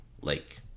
Lake